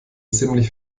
ziemlich